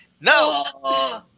No